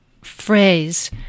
phrase